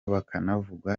bakanavuga